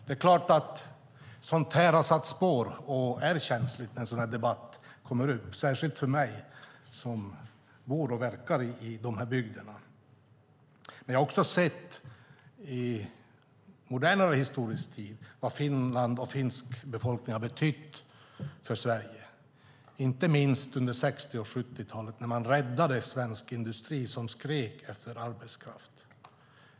Det är klart att sådant här har satt spår. Och det är känsligt när en sådan här debatt kommer upp, särskilt för mig som bor och verkar i de här bygderna. Men jag har också sett i modernare historisk tid vad Finland och finsk befolkning har betytt för Sverige, inte minst under 60 och 70-talet när man räddade svensk industri som skrek efter arbetskraft.